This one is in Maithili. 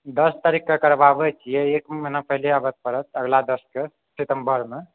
हँ दस तारीख़ के करबाबै छियै एक महिना पहिले आबय लए परत अगला दस के सितम्बरमे